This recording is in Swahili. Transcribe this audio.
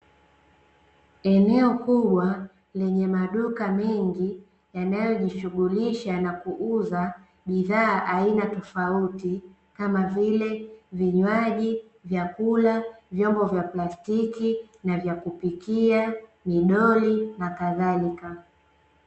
Eneo kubwa lenye maduka mengi yanayojishughulisha na kuuza bidhaa aina tofauti, kama vile vinywaji, vyakula, vyombo vya plastiki na vya kupikia, midoli nakadhalika.